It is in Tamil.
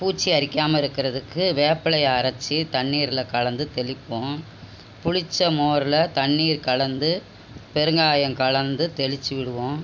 பூச்சி அரிக்காமல் இருக்கிறதுக்கு வேப்பிலையை அரைச்சு தண்ணீரில் கலந்து தெளிப்போம் புளிச்ச மோரில் தண்ணீர் கலந்து பெருங்காயம் கலந்து தெளிச்சு விடுவோம்